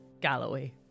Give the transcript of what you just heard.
Galloway